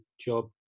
job